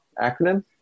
Acronym